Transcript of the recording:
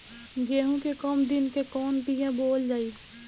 गेहूं के कम दिन के कवन बीआ बोअल जाई?